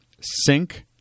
sync